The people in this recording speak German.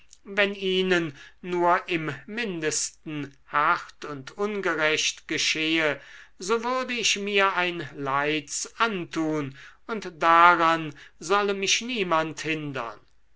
wenn ihnen nur im mindesten hart und ungerecht geschehe so würde ich mir ein leids antun und daran solle mich niemand hindern